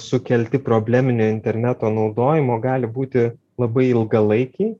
sukelti probleminio interneto naudojimo gali būti labai ilgalaikiai